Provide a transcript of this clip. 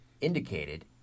indicated